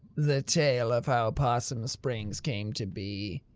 the tale of how possum springs came to be?